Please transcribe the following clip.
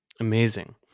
Amazing